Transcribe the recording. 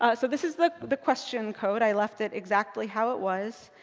ah so this is the the question code. i left it exactly how it was.